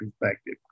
perspective